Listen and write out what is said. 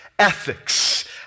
ethics